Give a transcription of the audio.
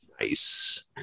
Nice